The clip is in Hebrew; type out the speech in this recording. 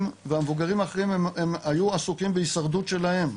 והמבוגרים האחרים היו עסוקים בהישרדות שלהם,